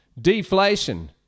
Deflation